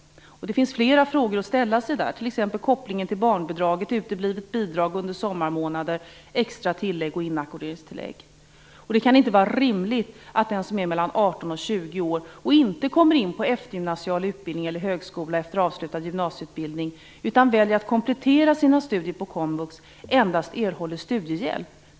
Det finns flera frågor att ställa sig där, t.ex. om kopplingen till barnbidraget, uteblivet bidrag under sommarmånader, extra tillägg och inackorderingstillägg. Det kan inte vara rimligt att den som är mellan 18 och 20 år och inte kommer in på eftergymnasial utbildning eller högskola efter avslutad gymnasieutbildning, utan väljer att komplettera sina studier på komvux endast erhåller studiehjälp.